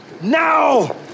now